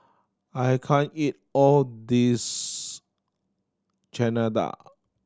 I can't eat all this Chana Dal